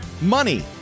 money